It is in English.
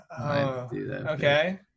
Okay